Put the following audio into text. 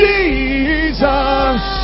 Jesus